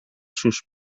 sus